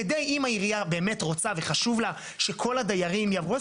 כדי שאם העירייה באמת רוצה וחשוב לה שכל הדיירים יעברו,